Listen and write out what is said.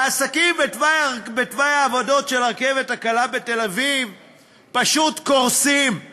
העסקים בתוואי העבודות של הרכבת הקלה בתל-אביב פשוט קורסים.